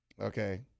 okay